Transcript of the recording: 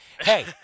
Hey